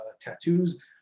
tattoos